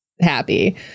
happy